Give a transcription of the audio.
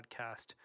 podcast